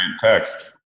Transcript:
text